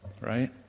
right